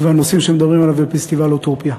ולנושאים שמדברים עליהם בפסטיבל "אוטופיה".